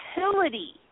utility